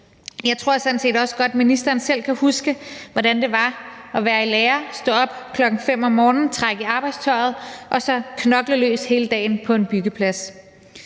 set også godt, at ministeren selv kan huske, hvordan det var at være i lære og stå op kl. 5 om morgenen, trække i arbejdstøjet og så knokle løs hele dagen på en byggeplads,